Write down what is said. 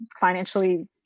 financially